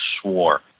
swore